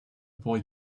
boy